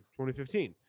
2015